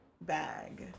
bag